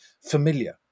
familiar